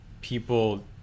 people